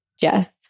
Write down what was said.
Jess